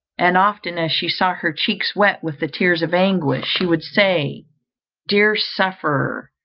and often as she saw her cheeks wet with the tears of anguish, she would say dear sufferer,